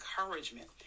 encouragement